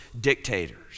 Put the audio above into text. dictators